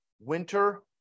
winter